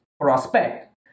Prospect